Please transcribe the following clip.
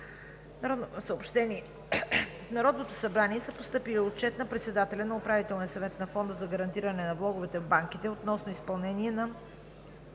Народното събрание са постъпили Отчет на председателя на Управителния съвет на Фонда за гарантиране на влоговете в банките относно изпълнение на